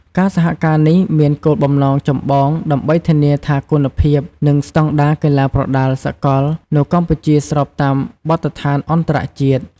ការសហការនេះមានគោលបំណងចម្បងដើម្បីធានាថាគុណភាព និងស្តង់ដារកីឡាប្រដាល់សកលនៅកម្ពុជាស្របតាមបទដ្ឋានអន្តរជាតិ។